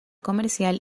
comercial